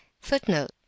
Footnote